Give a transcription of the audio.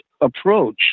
approach